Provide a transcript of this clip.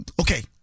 Okay